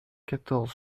quatorze